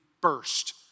burst